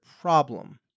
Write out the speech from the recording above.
problem